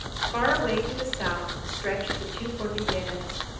far away to the south stretched the two cordilleras,